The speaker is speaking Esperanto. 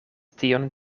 tion